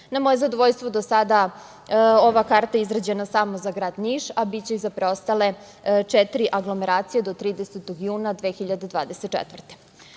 moje zadovoljstvo, do sada ova karta je izrađena samo za grad Niš, a biće iza preostale četiri aglomeracije, do 30. juna 2024.